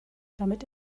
damit